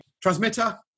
transmitter